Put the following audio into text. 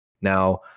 Now